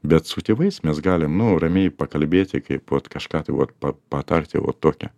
bet su tėvais mes galim nu ramiai pakalbėti kaip vot kažką tai vot pa patarti vot tokią